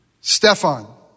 Stefan